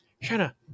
Shanna